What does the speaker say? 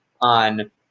on